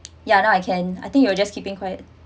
ya now I can I think you are just keeping quiet